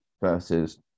versus